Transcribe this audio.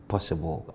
Possible